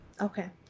Okay